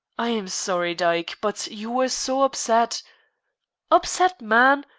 i am sorry, dyke but you were so upset upset, man.